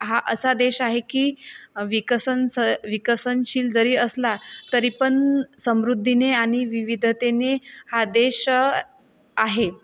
हा असा देश आहे की विकसन स विकसनशील जरी असला तरी पण समृद्धीने आणि विविधतेने हा देश आहे